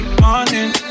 morning